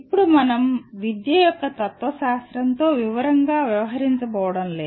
ఇప్పుడు మనం విద్య యొక్క తత్వశాస్త్రంతో వివరంగా వ్యవహరించబోవడం లేదు